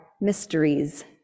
Mysteries